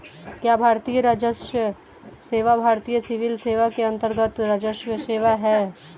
क्या भारतीय राजस्व सेवा भारतीय सिविल सेवा के अन्तर्गत्त राजस्व सेवा है?